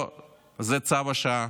זה צו השעה.